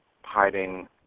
hiding